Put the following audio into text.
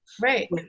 Right